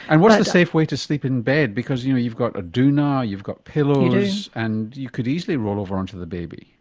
and what's the safe way to sleep in bed? because you know you've got a doona, you've got pillows, and you could easily roll over onto the baby.